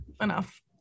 Enough